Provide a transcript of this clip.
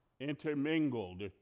intermingled